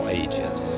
ages